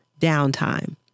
downtime